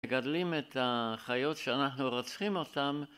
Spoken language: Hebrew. מגדלים את החיות שאנחנו רוצחים אותן